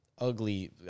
Ugly